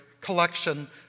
collection